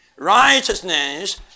Righteousness